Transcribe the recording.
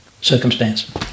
circumstance